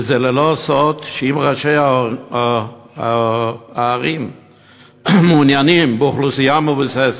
וזה לא סוד שאם ראשי הערים מעוניינים באוכלוסייה מבוססת,